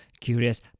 Curious